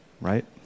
right